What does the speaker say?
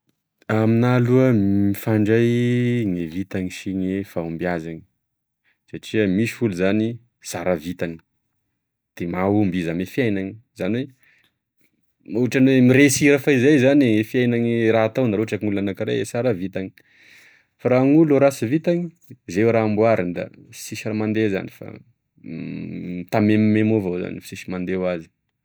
Aminah aloha mifandray gne vintany sy gne fahombizany satria misy olo zany sara vintany de mahomby izy ame fiainany zany hoe m- ohatrany oe mireusira fezay zagne fiainagne raha ataony raha ohatry olo anakiray sara vitany fa raha gn'olo e rasy vitany ze raha amboariny da sisy raha mandeha zany fa mitamemimemo avao zany fa sisy mandeha oazy.